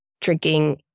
drinking